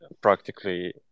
Practically